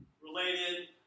related